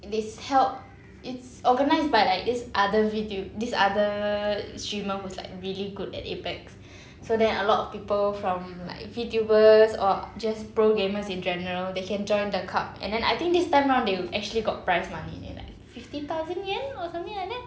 these help it's organised by like this other VTuber this other streamer who's like really good at Apex so there are a lot of people from like VTubers or just pro gamers in general they can join the cup and then I think this time round they actually got prize money they like fifty thousand yen or something like that